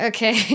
Okay